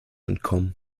entkommen